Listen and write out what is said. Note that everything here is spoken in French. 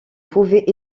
pouvait